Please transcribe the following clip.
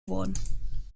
worden